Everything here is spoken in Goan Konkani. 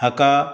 हाका